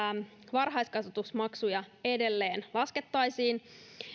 varhaiskasvatusmaksuja edelleen